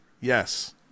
yes